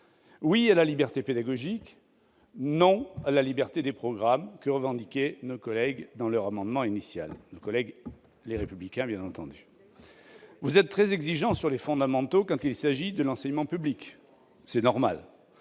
Oui à la liberté pédagogique, non à la liberté des programmes que revendiquaient nos collègues du groupe Les Républicains dans leur amendement initial ! Vous êtes très exigeant sur les fondamentaux quand il s'agit de l'enseignement public, et c'est normal